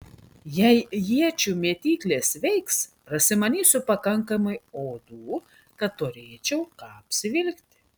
jei iečių mėtyklės veiks prasimanysiu pakankamai odų kad turėčiau ką apsivilkti